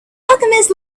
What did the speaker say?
alchemist